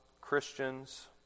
Christians